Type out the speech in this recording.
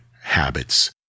habits